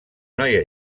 noia